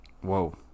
Whoa